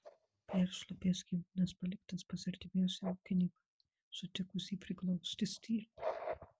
peršlapęs gyvūnas paliktas pas artimiausią ūkininką sutikusį priglausti stirną